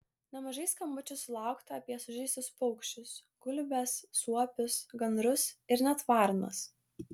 nemažai skambučių sulaukta apie sužeistus paukščius gulbes suopius gandrus ir net varnas